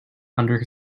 under